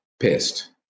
pissed